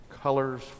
Colors